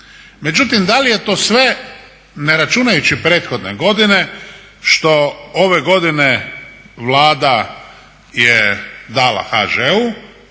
Međutim, da li je to sve ne računajući prethodne godine što ove godine Vlada je dala HŽ-u